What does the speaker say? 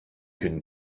can